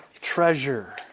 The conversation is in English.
treasure